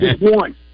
one